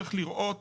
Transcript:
צריך לראות